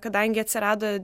kadangi atsirado